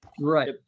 Right